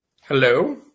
Hello